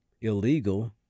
illegal